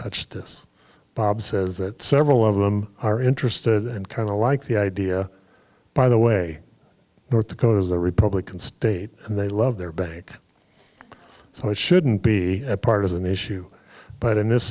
touched this bob says that several of them are interested in kind of like the idea by the way north dakota is a republican state and they love their bank so it shouldn't be a partisan issue but in this